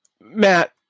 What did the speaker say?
Matt